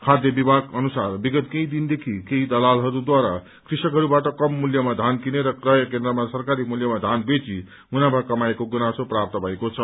खाय विमाग अनुसार विगत केही दिनदेखि केही दलालहरूद्वारा कृषकहस्वाट कम मूल्यमा धान किनेर क्रय केन्द्रमा सरकारी मूल्यमा धान बेची मुनाफा कमाएको गुनासो प्राप्त भएको छ